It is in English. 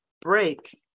break